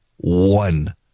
One